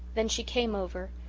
then she came over,